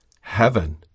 heaven